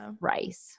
rice